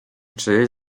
czyjeś